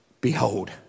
behold